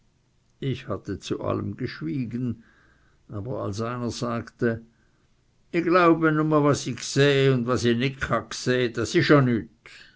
ich hatte zu allem geschwiegen aber als einer sagte i glaube nume was i gseh u was i nit